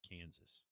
Kansas